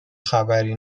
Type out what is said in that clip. خبری